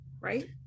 right